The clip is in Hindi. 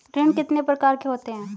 ऋण कितने प्रकार के होते हैं?